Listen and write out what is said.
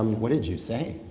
what did you say?